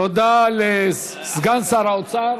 תודה לסגן שר האוצר.